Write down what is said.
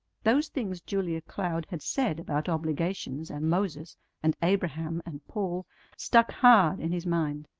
those things julia cloud had said about obligations and moses and abraham and paul stuck hard in his mind,